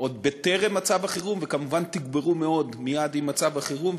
עוד בטרם מצב החירום וכמובן תוגברו מאוד מייד עם מצב החירום.